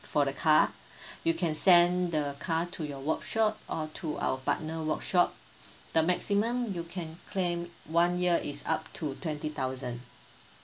for the car you can send the car to your workshop or to our partner workshop the maximum you can claim one year is up to twenty thousand